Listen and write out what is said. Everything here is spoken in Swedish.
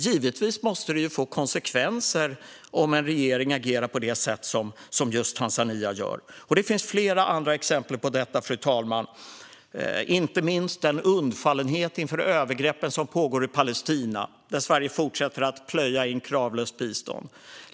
Givetvis måste det få konsekvenser om en regering agerar på det sätt som just Tanzanias gör. Fru talman! Det finns flera andra exempel på detta. Inte minst gäller det undfallenheten inför de övergrepp som pågår i Palestina, där Sverige fortsätter att plöja in kravlöst bistånd.